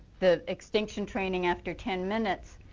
the extinction training after ten minutes,